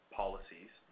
policies